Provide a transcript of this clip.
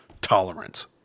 tolerance